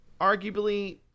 arguably